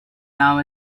now